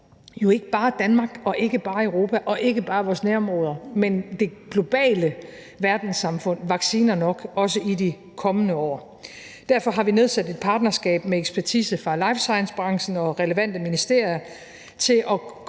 jo ikke bare Danmark og ikke bare Europa og ikke bare vores nærområder, men det globale verdenssamfund vacciner nok også i de kommende år. Derfor har vi nedsat et partnerskab med ekspertise fra life science-branchen og relevante ministerier til at